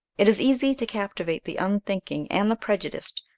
it is easy to captivate the unthinking and the prejudiced,